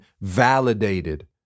validated